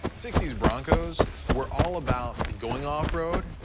sixty s broncos were all about going off road,